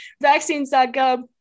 vaccines.gov